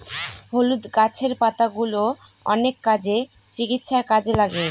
হলুদ গাছের পাতাগুলো অনেক কাজে, চিকিৎসার কাজে লাগে